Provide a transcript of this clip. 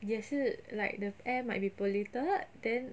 也是 like the air might be polluted then